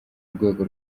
rwego